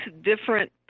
different